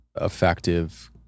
effective